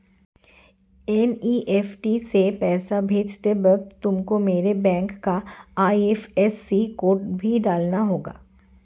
NEFT से पैसा भेजते वक्त तुमको मेरे बैंक का आई.एफ.एस.सी कोड भी डालना होगा